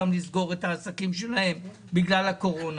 אותם לסגור את העסקים שלהם בגלל הקורונה?